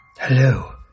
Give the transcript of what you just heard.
Hello